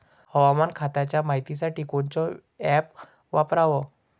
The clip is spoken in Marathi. हवामान खात्याच्या मायतीसाठी कोनचं ॲप वापराव?